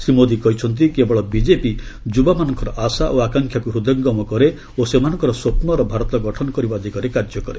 ଶ୍ରୀ ମୋଦି କହିଛନ୍ତି' କେବଳ ବିଜେପି ଯୁବାମାନଙ୍କର ଆଶା ଓ ଆକାଙ୍କ୍ଷାକୁ ହୃଦୟଙ୍ଗମ କରେ ଓ ସେମାନଙ୍କର ସ୍ୱପୁର ଭାରତ ଗଠନ କରିବା ଦିଗରେ କାର୍ଯ୍ୟ କରେ